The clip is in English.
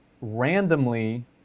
randomly